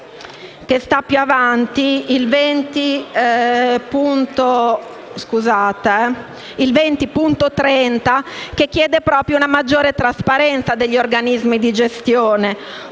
del senatore Crimi, il 20.30, che chiede proprio una maggiore trasparenza degli organismi di gestione,